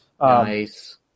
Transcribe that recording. Nice